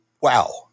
wow